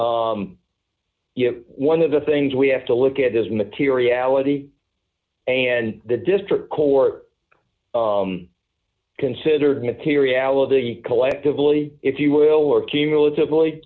you know one of the things we have to look at those materiality and the district court considered materiality collectively if you will or cumulatively